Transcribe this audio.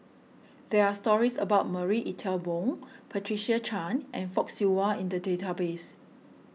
there are stories about Marie Ethel Bong Patricia Chan and Fock Siew Wah in the database